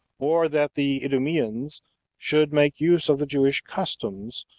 or that the idumeans should make use of the jewish customs,